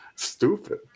Stupid